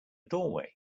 doorway